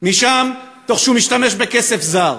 משם, כשהוא משתמש בכסף זר.